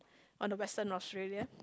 on the western Australia